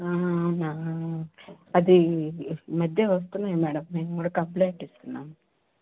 అవునా అది ఈ మధ్య వస్తున్నాయి మేడం మేము కూడా కంప్లయింట్ ఇస్తున్నాము